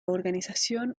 organización